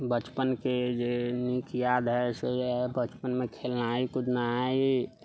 बचपनके जे नीक याद है से बचपनमे खेलनाइ कुदनाइ